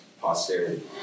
posterity